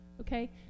okay